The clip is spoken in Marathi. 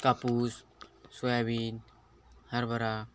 कापूस सोयाबीन हरभरा